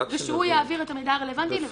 כאשר הוא יעביר את המידע הרלוונטי.